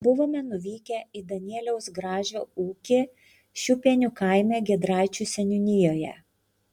buvome nuvykę į danieliaus gražio ūkį šiupienių kaime giedraičių seniūnijoje